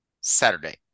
Saturday